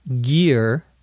gear